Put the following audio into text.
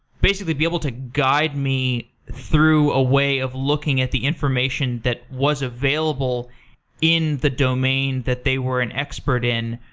basically, be able to guide me through a way of looking at the information that was available in the domain that they were an expert in.